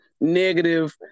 negative